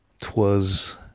twas